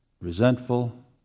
resentful